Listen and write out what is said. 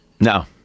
No